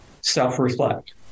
self-reflect